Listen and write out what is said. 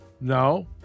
no